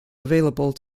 available